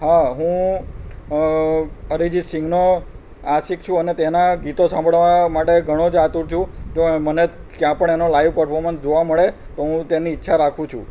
હા હું અરિજિત સિંહનો આશિક છું અને તેના ગીતો સાંભળવા માટે ઘણો જ આતુર છું તો એ મને ક્યાં પણ એનો લાઈવ પરફોર્મન્સ જોવાં મળે તો હું તેની ઈચ્છા રાખું છું